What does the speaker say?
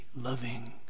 loving